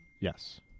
Yes